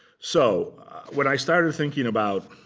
so what i started thinking about,